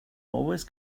always